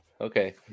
Okay